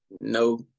no